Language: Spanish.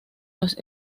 los